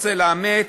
רוצה לאמץ?